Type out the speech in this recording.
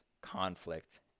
conflict